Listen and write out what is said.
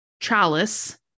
chalice